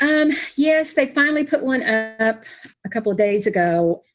and yes. they finally put one ah up a couple of days ago.